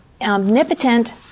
omnipotent